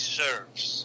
serves